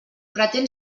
pretén